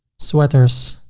sweaters,